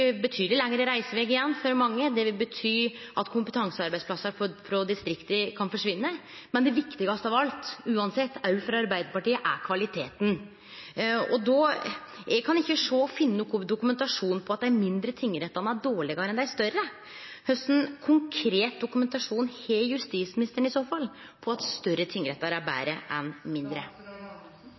betydeleg lengre reiseveg, igjen, for mange. Det vil bety at kompetansearbeidsplassar i distrikta kan forsvinne. Men det viktigaste av alt, uansett – òg for Arbeidarpartiet – er kvaliteten, og eg kan ikkje finne nokon dokumentasjon på at dei mindre tingrettane er dårlegare enn dei større. Kva konkret dokumentasjon har justisministeren i så fall på at større tingrettar er betre enn mindre?